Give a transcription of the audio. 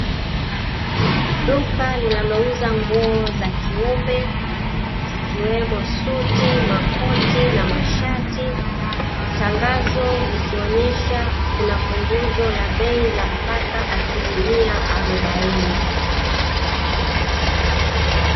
Duka linalouza nguo za kiume, zikiwemo suti, makoti na mashati. Tangazo likionesha kuna punguzo la bei, la mpaka asilimia arobaini.